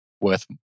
worth